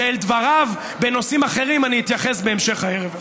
שאל דבריו בנושאים אחרים אני אתייחס בהמשך הערב הזה.